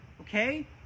Okay